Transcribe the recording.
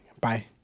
bye